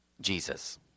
Jesus